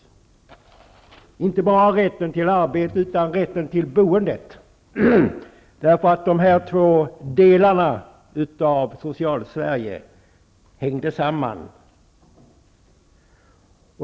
Då handladet det inte bara om rätten till arbete utan även om rätten till boende, därför att de här två delarna i Socialsverige hängde samman.